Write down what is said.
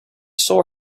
saw